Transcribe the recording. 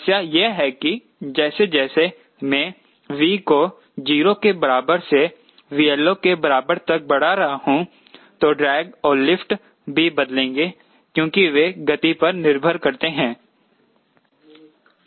समस्या यह है कि जैसे जैसे मैं V को 0 के बराबर से 𝑉LO के बराबर तक बड़ा रहा हूं तो ड्रैग और लिफ्ट भी बदलेंगे क्योंकि वे गति पर निर्भर करते है